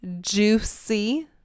juicy